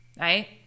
right